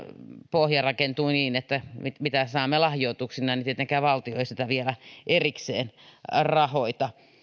pohja rakentuu niin että mitä saamme lahjoituksina niin tietenkään valtio ei sitä vielä erikseen rahoita